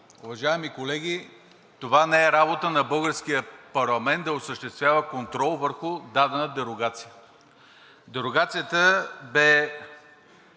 Уважаеми колеги, това не е работа на българския парламент да осъществява контрол върху дадена дерогация. Дерогацията бе